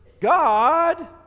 God